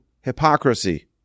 hypocrisy